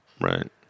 Right